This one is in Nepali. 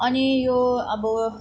अनि यो अब